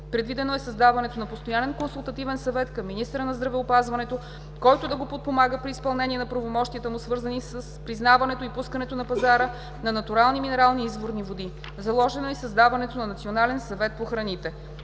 Предвидено е създаването на постоянен Консултативен съвет към министъра на здравеопазването, който да го подпомага при изпълнение на правомощията му, свързани с признаването и пускането на пазара на натурални минерални и изворни води. Заложено е и създаването на Национален съвет по храните.